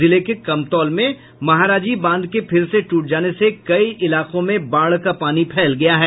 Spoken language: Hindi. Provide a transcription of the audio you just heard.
जिले के कमतौल में महाराजी बांध के फिर से टूट जाने से कई इलाकों में बाढ़ का पानी फैल गया है